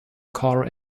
car